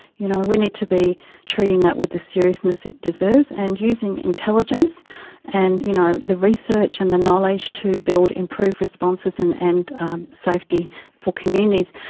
you know we need to be treating that with the seriousness it deserves and using intelligence and you know the the research and the knowledge to build improved responses and and safety for communities.